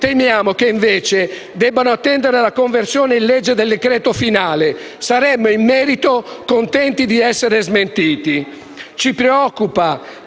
Temiamo che invece debbano attendere la conversione in legge del decreto finale. In merito saremmo contenti di essere smentiti. Ci preoccupa